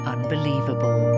Unbelievable